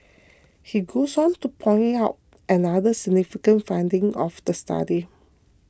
he goes on to point out another significant finding of the study